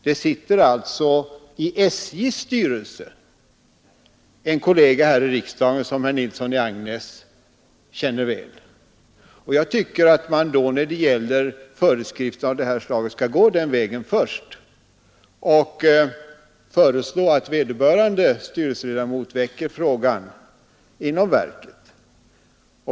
I SJ:s styrelse sitter en kollega här i riksdagen som herr Nilsson i Agnäs känner väl, och jag tycker att man när det gäller föreskrifter av det här slaget skall gå den vägen först att man föreslår vederbörande styrelseledamot att han väcker frågan inom verket.